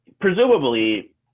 presumably